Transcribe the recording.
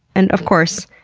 and, of course,